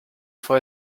for